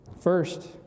First